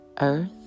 earth